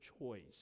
choice